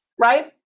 right